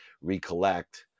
recollect